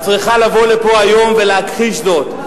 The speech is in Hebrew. את צריכה לבוא לפה היום ולהכחיש זאת.